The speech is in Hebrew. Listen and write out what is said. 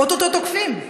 או-טו-טו תוקפים.